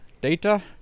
data